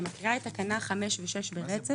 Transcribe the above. אני מקריאה את תקנות 5 ו-6 ברצף.